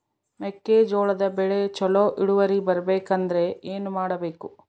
ಮೆಕ್ಕೆಜೋಳದ ಬೆಳೆ ಚೊಲೊ ಇಳುವರಿ ಬರಬೇಕಂದ್ರೆ ಏನು ಮಾಡಬೇಕು?